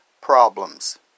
problems